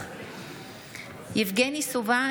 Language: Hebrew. אינו נוכח יבגני סובה,